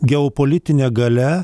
geopolitinė galia